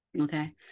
okay